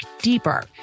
deeper